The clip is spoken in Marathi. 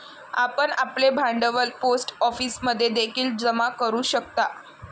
आपण आपले भांडवल पोस्ट ऑफिसमध्ये देखील जमा करू शकता